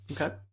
Okay